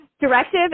Directive